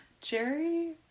Jerry